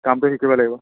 কামটো শিকিব লাগিব